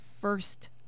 first